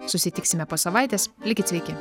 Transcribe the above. susitiksime po savaitės likit sveiki